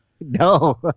No